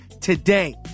today